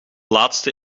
laatste